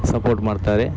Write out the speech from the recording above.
support ಮಾಡ್ತಾರೆ